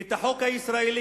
את החוק הישראלי,